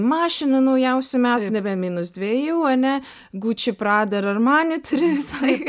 mašiną naujausių metų nebe minus dvejų ane guči prada ir armani turi visąlaik